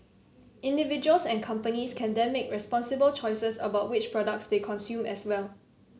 individuals and companies can then make responsible choices about which products they consume as well